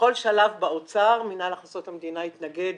בכל שלב באוצר מינהל הכנסות המדינה התנגד